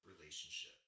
relationship